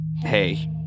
hey